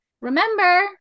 Remember